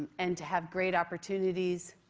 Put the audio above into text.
and to have great opportunities.